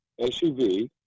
SUV